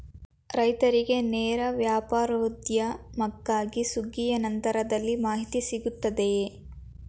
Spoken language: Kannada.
ರೈತರಿಗೆ ನೇರ ವ್ಯಾಪಾರೋದ್ಯಮಕ್ಕಾಗಿ ಸುಗ್ಗಿಯ ನಂತರದಲ್ಲಿ ಮಾಹಿತಿ ಸಿಗುತ್ತದೆಯೇ?